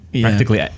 practically